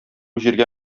җиргә